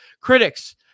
Critics